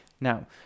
now